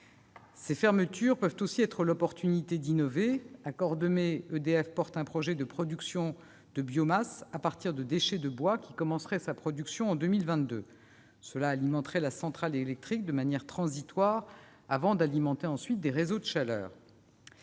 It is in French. Ces fermetures peuvent aussi être une occasion d'innover : à Cordemais, EDF mène un projet de production de biomasse à partir de déchets de bois, qui commencerait sa production en 2022. Ce dispositif alimenterait la centrale électrique de manière transitoire avant d'alimenter des réseaux de chaleur.